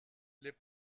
les